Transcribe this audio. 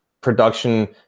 production